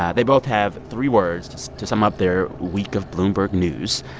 ah they both have three words to to sum up their week of bloomberg news.